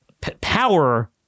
power